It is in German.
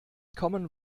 common